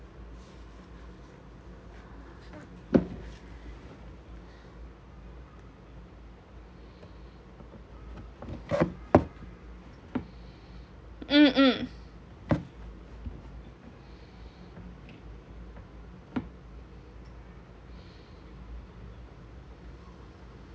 mm mm